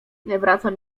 wracam